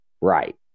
right